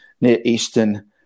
near-eastern